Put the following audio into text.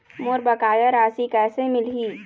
मोर बकाया राशि कैसे मिलही?